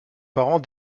parents